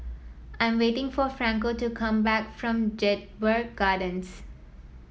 I am waiting for Franco to come back from Jedburgh Gardens